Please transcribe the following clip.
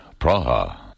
Praha